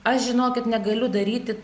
aš žinokit negaliu daryti